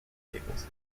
tables